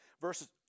verses